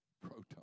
proton